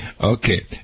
Okay